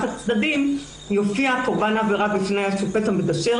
הצדדים יופיע קורבן עבירה בפני השופט המגשר,